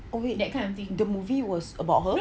oh wait the move was about her